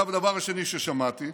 הדבר שני ששמעתי,